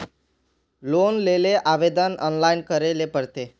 Loan लेले आवेदन online करे ले पड़ते?